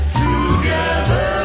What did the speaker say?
together